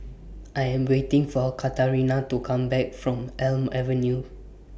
I Am waiting For Katarina to Come Back from Elm Avenue